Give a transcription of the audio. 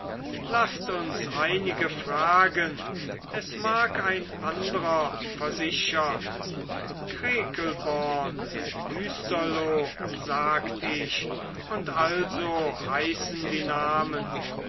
laßt uns einige fragen es mag es ein andrer versichern krekelborn hüsterlo sagt ich und also heißen die namen